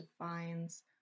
defines